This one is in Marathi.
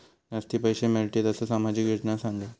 जास्ती पैशे मिळतील असो सामाजिक योजना सांगा?